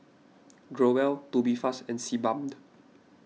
Growell Tubifast and Sebamed